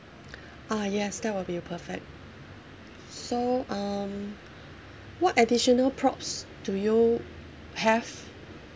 ah yes that will be perfect so um what additional props do you have